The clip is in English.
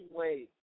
wait